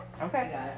Okay